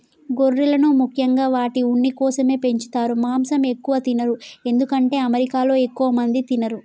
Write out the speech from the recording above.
గొర్రెలను ముఖ్యంగా వాటి ఉన్ని కోసమే పెంచుతారు మాంసం ఎక్కువ తినరు ఎందుకంటే అమెరికాలో ఎక్కువ మంది తినరు